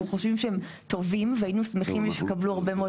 חושבים שהם טובים והיינו שמחים שיקבלו הרבה מאוד